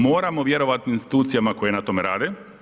Moramo vjerovati institucijama koje na tome rade.